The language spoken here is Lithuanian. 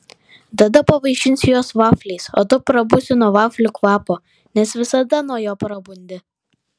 tada pavaišinsiu juos vafliais o tu prabusi nuo vaflių kvapo nes visada nuo jo prabundi